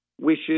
wishes